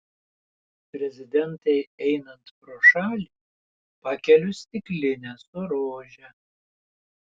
prezidentei einant pro šalį pakeliu stiklinę su rože